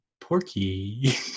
porky